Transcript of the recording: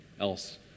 else